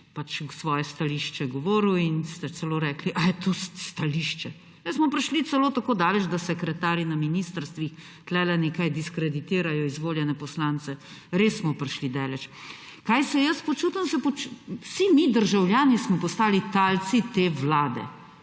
Pavšič svoje stališče govoril in ste celo rekli, ali je to stališče. Zdaj smo prišli celo tako daleč, da sekretarji na ministrstvih tukaj nekaj diskreditirajo izvoljene poslance. Res smo prišli daleč. Kako se jaz počutim? Vsi mi državljani smo postali talci te vlade,